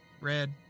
red